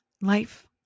life